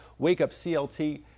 WakeUpCLT